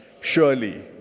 Surely